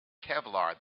kevlar